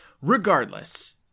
Regardless